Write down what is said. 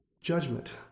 judgment